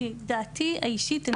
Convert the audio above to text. דעתי האישית?